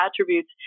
attributes